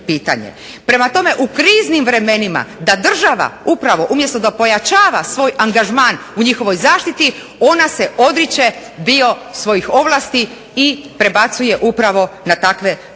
Prema tome u kriznim vremenima da država upravo da umjesto da pojačava svoj angažman u njihovoj zaštiti ona se odriče dio svojih ovlasti i prebacuje upravo na takve privatne